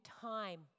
time